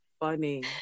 funny